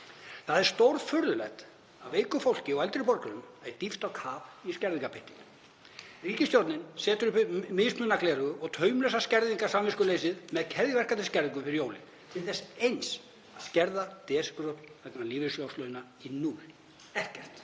Það er stórfurðulegt að veiku fólki og eldri borgurum sé dýft á kaf í skerðingarpyttinn. Ríkisstjórnin setur upp mismununaragleraugun og taumlausa skerðingarsamviskuleysið með keðjuverkandi skerðingum fyrir jólin til þess eins að skerða desemberuppbót vegna lífeyrissjóðslauna niður í núll. Ekkert.